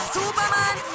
Superman